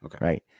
Right